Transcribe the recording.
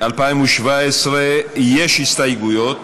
התשע"ז 2017. יש הסתייגויות.